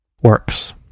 works